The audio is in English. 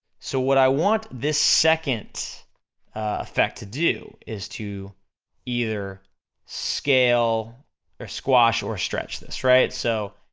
so what i want this second effect to do is to either scale or squash or stretch this, right? so,